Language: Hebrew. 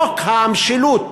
חוק המשילות